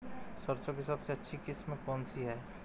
सरसों की सबसे अच्छी किस्म कौन सी है?